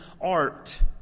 art